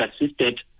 assisted